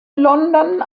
london